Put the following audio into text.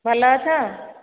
ଭଲ ଅଛ